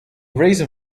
reason